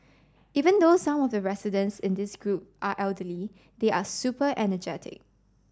even though some of the residents in this group are elderly they are super energetic